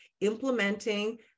implementing